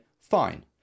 fine